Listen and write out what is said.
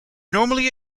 normally